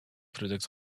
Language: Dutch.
product